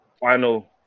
final